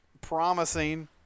promising